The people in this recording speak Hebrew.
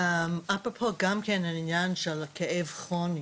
אפרופו, גם כן, העניין של כאב כרוני,